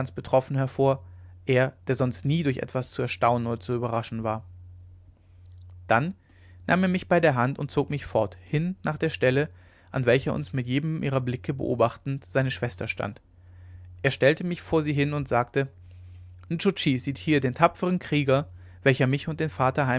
betroffen hervor er der sonst nie durch etwas zu erstaunen oder zu überraschen war dann nahm er mich bei der hand und zog mich fort hin nach der stelle an welcher uns mit jedem ihrer blicke beobachtend seine schwester stand er stellte mich vor sie hin und sagte nscho tschi sieht hier den tapfern krieger welcher mich und den vater